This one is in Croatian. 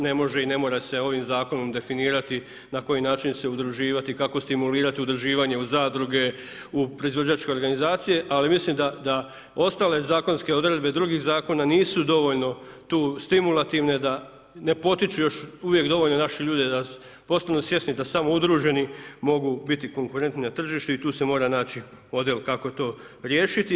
Ne može i ne mora se ovim zakonom definirati na koji način se udruživati i kako stimulirati udruživanje u zadruge, u proizvođačke organizacije ali mislim da ostale zakonske odredbe drugih zakona nisu dovoljno tu stimulativne da ne potiču još uvijek dovoljno naše ljude da postanu svjesni da samo udruženi mogu biti konkurentni na tržištu i tu se mora naći … kako to riješiti.